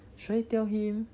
should I tell him